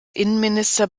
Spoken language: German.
innenminister